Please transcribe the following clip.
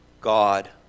God